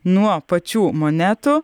nuo pačių monetų